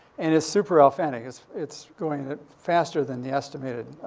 and it's super authentic. it's it's going faster than the estimated,